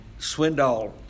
Swindoll